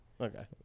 Okay